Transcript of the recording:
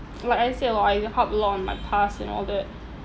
like I said a lot I harp a lot on my past and all that